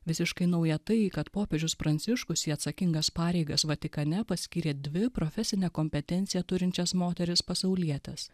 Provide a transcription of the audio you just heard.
visiškai nauja tai kad popiežius pranciškus į atsakingas pareigas vatikane paskyrė dvi profesinę kompetenciją turinčias moteris pasaulietes